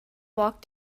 walked